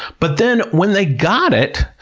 but then, when they got it,